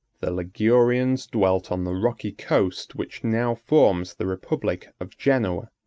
the ligurians dwelt on the rocky coast which now forms the republic of genoa.